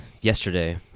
yesterday